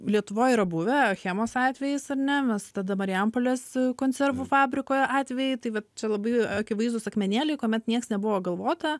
lietuvoj yra buvę achemos atvejis ar ne mes tada marijampolės konservų fabriko atvejai tai va čia labai akivaizdūs akmenėliai kuomet nieks nebuvo galvota